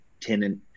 tenant